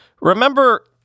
Remember